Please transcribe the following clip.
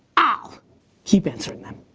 ah keep answering them.